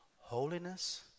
holiness